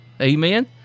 Amen